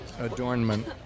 adornment